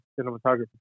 cinematography